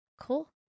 Cool